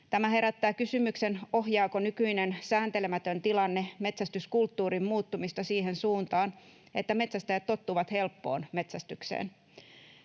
Tämä herättää kysymyksen, ohjaako nykyinen sääntelemätön tilanne metsästyskulttuurin muuttumista siihen suuntaan, että metsästäjät tottuvat helppoon metsästykseen.